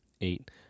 eight